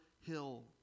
hill